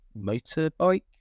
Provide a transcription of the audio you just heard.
motorbike